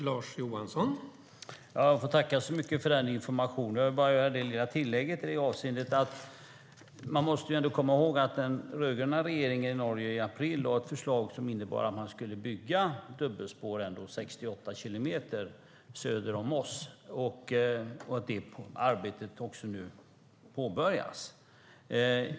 Herr talman! Jag tackar så mycket för den informationen. Låt mig bara göra det lilla tillägget att den rödgröna regeringen i Norge i april lade fram ett förslag som innebar att man skulle bygga 68 kilometer dubbelspår söder om Moss. Det arbetet påbörjas nu.